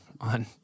on